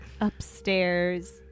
upstairs